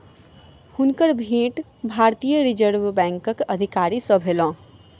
हुनकर भेंट भारतीय रिज़र्व बैंकक अधिकारी सॅ भेलैन